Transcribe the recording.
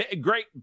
great